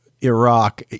Iraq